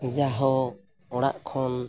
ᱤᱧᱟᱹᱜ ᱦᱚᱸ ᱚᱲᱟᱜ ᱠᱷᱚᱱ